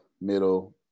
middle